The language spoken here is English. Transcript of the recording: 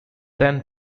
then